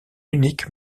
unique